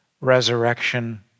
resurrection